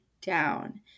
down